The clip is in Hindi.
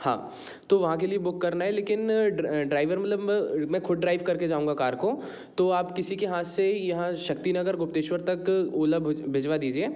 हाँ तो वहाँ के लिए बुक करना है लेकिन ड्राइवर में लम्ब मैं खुद ड्राइव करके जाऊँगा कार को तो आप किसी के हाथ से यहाँ शक्ति नगर गुप्तेश्वर तक ओला भेजवा दीजिए